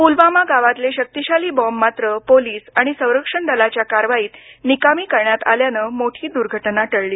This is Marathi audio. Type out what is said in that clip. पुलवामा गावातले शक्तीशाली बॉम्ब मात्र पोलीस आणि संरक्षण दलाच्या कारवाईत निकामी करण्यात आल्यानं मोठी दुर्घटना टळली